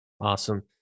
Awesome